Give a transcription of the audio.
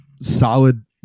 solid